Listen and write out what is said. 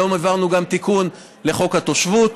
היום העברנו גם תיקון לחוק התושבות.